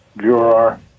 juror